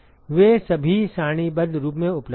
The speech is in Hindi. वे सभी सारणीबद्ध रूप में उपलब्ध हैं